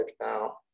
now